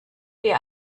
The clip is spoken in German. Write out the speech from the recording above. dir